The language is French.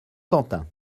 quentin